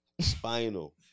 spinal